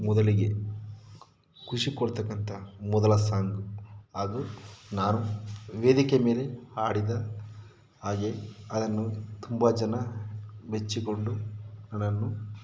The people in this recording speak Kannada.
ಮೊದಲಿಗೆ ಖುಷಿ ಕೊಡತಕ್ಕಂಥ ಮೊದಲ ಸಾಂಗ್ ಹಾಗೂ ನಾನು ವೇದಿಕೆ ಮೇಲೆ ಹಾಡಿದ ಹಾಗೆ ಅದನ್ನು ತುಂಬ ಜನ ಮೆಚ್ಚಿಕೊಂಡು ಅದನ್ನು